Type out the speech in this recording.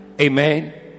Amen